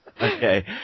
Okay